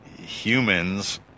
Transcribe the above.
humans